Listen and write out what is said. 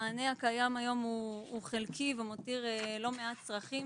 המענה הקיים היום הוא חלקי ומותיר לא מעט צרכים